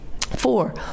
Four